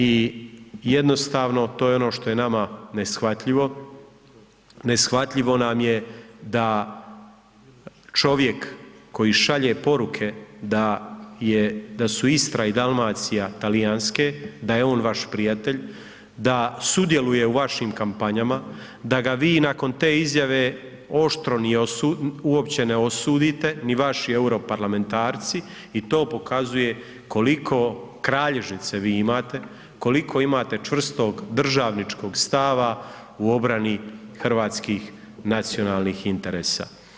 I jednostavno, to je ono što je nama neshvatljivo, neshvatljivo nam je da čovjek koji šalje poruke da je, da su Istra i Dalmacija Talijanske, da je on vaš prijatelj, da sudjeluje u vašim kampanjama, da ga vi nakon te izjave oštro uopće ne osudite, ni vaši europarlamentarci i to pokazuje koliko kralježnice vi imate, koliko imate čvrstog državničkog stava u obrani hrvatskih nacionalnih interesa.